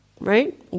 Right